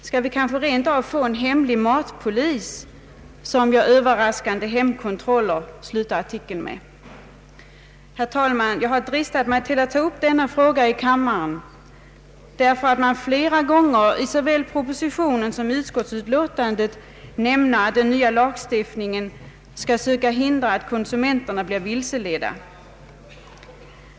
Skall vi kanske rent av få en hemlig matpolis som gör överraskande hemkontroller ?” Herr talman! Jag har dristat mig att ta upp denna fråga i kammaren därför att man flera gånger i såväl proposition som utskottsutlåtande nämner att den nya lagstiftningen skall söka hindra att konsumenterna blir vilseledda.